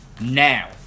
Now